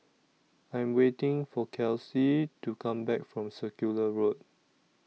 I Am waiting For Kelsi to Come Back from Circular Road